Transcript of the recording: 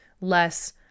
less